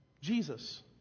Jesus